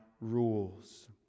rules